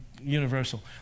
universal